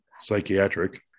psychiatric